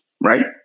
right